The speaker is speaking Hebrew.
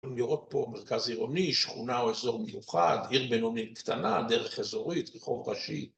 נראות פה מרכז עירוני, שכונה או אזור מיוחד, עיר בינונית קטנה, דרך אזורית, רחוב ראשי